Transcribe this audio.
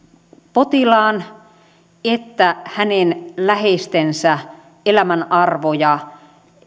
potilaan että hänen läheistensä elämänarvoja